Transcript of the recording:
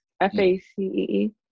F-A-C-E-E